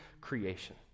creation